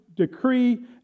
decree